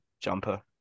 jumper